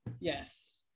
yes